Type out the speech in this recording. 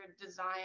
design